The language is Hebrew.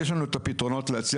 יש לנו את הפתרונות להציע,